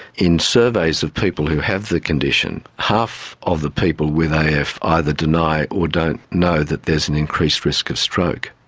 in surveys of people who have the condition, half of the people with af either deny or don't know that there is an increased risk of stroke.